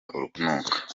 urunuka